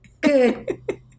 Good